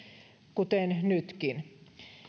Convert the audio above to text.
kuten nytkin